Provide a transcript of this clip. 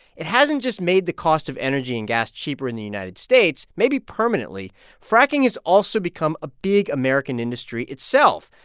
it hasn't just made the cost of energy and gas cheaper in the united states maybe permanently fracking has also become a big american industry itself,